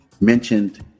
mentioned